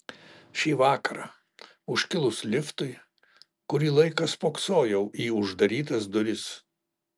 šį vakarą užkilus liftui kurį laiką spoksojau į uždarytas duris